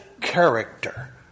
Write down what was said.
character